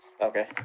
Okay